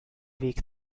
weg